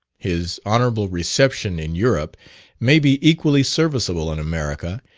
his honourable reception in europe may be equally serviceable in america,